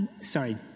sorry